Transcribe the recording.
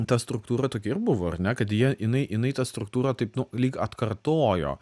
ta struktūra tokia ir buvo ar ne kad jie jinai jinai tą struktūrą taip nu lyg atkartojo